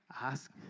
ask